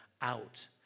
out